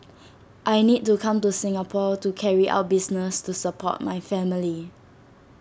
I need to come to Singapore to carry out business to support my family